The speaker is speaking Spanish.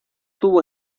tubo